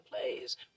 plays